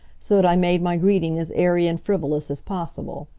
so that i made my greeting as airy and frivolous as possible.